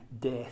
death